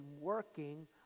working